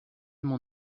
mon